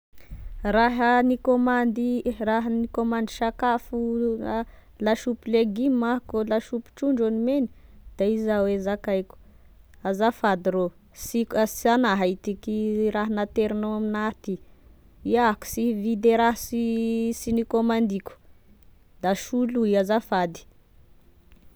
Raha hikômandy raha nikômandy sakafao ha lasopy legioma ah ka lasopy trondro e nomegny da izao e zakaiko: azafady rô sy ka- sy agnahy tiky raha naterinao aminah ty, iaho ko sy hividy e raha sy sy nikômandiko da soloy azafady.